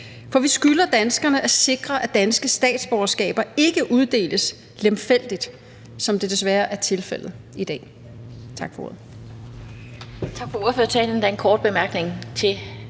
For vi skylder danskerne at sikre, af danske statsborgerskaber ikke uddeles lemfældigt, som det desværre er tilfældet i dag. Tak for ordet.